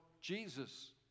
Jesus